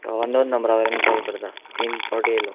तो अननोन नंबरा वयल्यान कॉल करता तीन पावटी येयलो